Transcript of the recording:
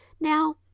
Now